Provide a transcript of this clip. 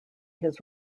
his